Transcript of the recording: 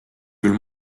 küll